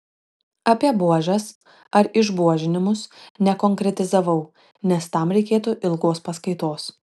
apie buožes ar išbuožinimus nekonkretizavau nes tam reikėtų ilgos paskaitos